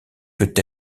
peut